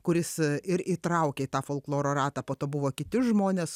kuris ir įtraukė į tą folkloro ratą po to buvo kiti žmonės